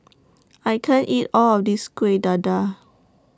I can't eat All of This Kueh Dadar